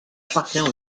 appartient